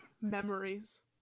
Memories